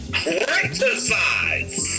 criticize